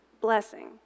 blessing